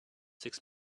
six